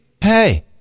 hey